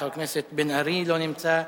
חבר הכנסת בן-ארי, לא נמצא.